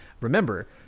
Remember